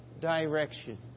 direction